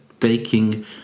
taking